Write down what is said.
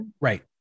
Right